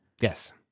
Yes